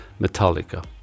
Metallica